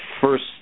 first